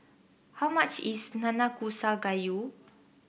how much is Nanakusa Gayu